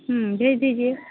भेज दीजिए